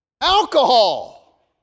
Alcohol